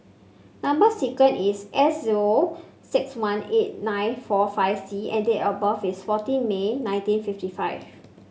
number sequence is S O six one eight nine four five C and date of birth is fourteen May nineteen fifty five